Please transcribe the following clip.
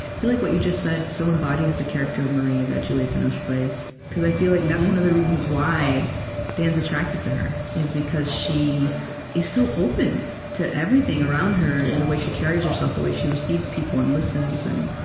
feel like what you just said so embodies the character of marie that juliette binoche plays, because i feel like that's one of the reasons why dan's attracted to her, is because she is so open to everything around her, in and the way she carries herself, the way she receives people and listens and